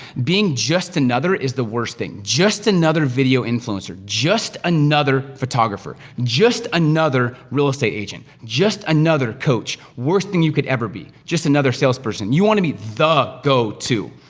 being just another is the worst thing. just another video influencer, just another photographer, just another real estate agent, just another coach. worst thing you could ever be, just another salesperson. you wanna be the go to.